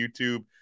YouTube